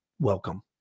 Welcome